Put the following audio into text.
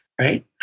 right